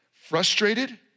frustrated